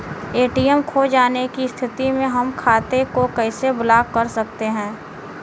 ATM खो जाने की स्थिति में हम खाते को कैसे ब्लॉक कर सकते हैं?